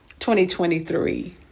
2023